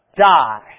die